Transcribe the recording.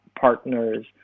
partners